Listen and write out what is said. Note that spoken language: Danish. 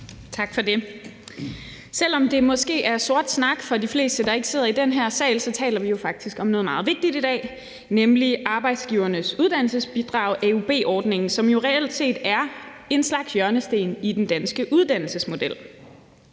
Tak for det. Selv om det måske er sort snak for de fleste, der ikke sidder i den her sal, taler vi faktisk om noget meget vigtigt i dag, nemlig Arbejdsgivernes Uddannelsesbidrag, AUB-ordningen, som jo reelt set er en slags hjørnesten i den danske uddannelsesmodel.